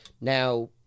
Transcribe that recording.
Now